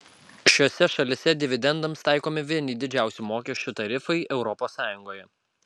šiose šalyse dividendams taikomi vieni didžiausių mokesčių tarifai europos sąjungoje